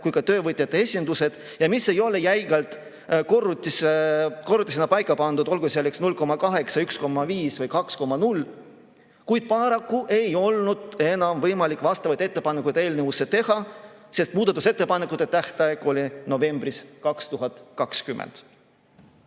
kui ka töövõtjate esindused ja mis ei ole jäigalt korrutisena paika pandud, olgu see 0,8 või 1,5 või 2,0. Kuid paraku ei olnud enam võimalik vastavaid ettepanekuid eelnõusse teha, sest muudatusettepanekute tähtaeg oli novembris 2020.